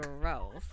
gross